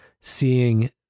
seeing